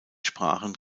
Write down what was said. sprachen